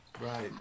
right